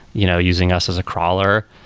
you know using us as a crawler.